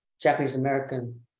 Japanese-American